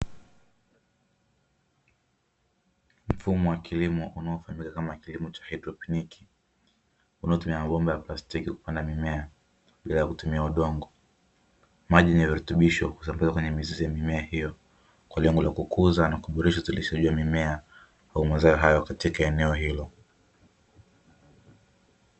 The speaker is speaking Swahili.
Mfumo wa kilimo unaofahamika kama kilimo cha haidroponi unaotumia mabomba ya plastiki kupanda mimea bila kutumia udongo. Maji yenye virutubisho husambazwa kwenye mizizi ya mimea hiyo kwa lengo la kukuza na kuboresha uzalishaji wa mimea au mazao hayo katika eneo hilo.